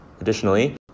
Additionally